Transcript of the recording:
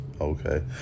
Okay